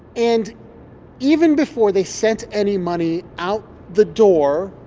and even before they sent any money out the door.